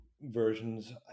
versions